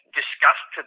discussed